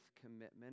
commitment